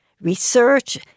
research